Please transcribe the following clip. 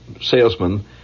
salesman